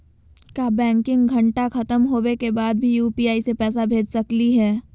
का बैंकिंग घंटा खत्म होवे के बाद भी यू.पी.आई से पैसा भेज सकली हे?